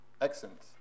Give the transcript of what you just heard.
Excellent